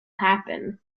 happen